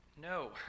No